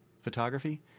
photography